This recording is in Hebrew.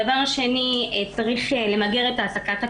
דבר שני, צריך למגר את העסקת הקבלנות.